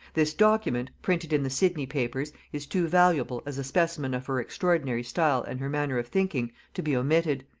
this document, printed in the sidney papers, is too valuable, as a specimen of her extraordinary style and her manner of thinking, to be omitted.